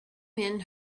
men